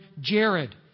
Jared